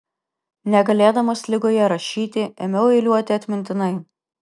negalėdamas ligoje rašyti ėmiau eiliuoti atmintinai